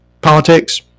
politics